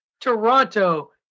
Toronto